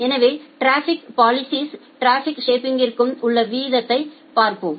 எனவே டிராஃபிக் பாலிஸிஸ்ற்கும் டிராபிக் ஷேப்பிங்ற்கும் உள்ள வித்தியாசத்தைப் பார்ப்போம்